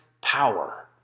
power